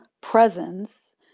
presence